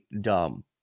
dumb